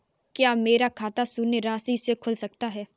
क्या मेरा खाता शून्य राशि से खुल सकता है?